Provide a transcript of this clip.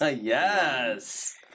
Yes